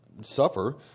suffer